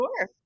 sure